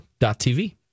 tv